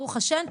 ברוך השם,